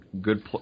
good